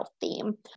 theme